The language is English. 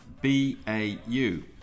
B-A-U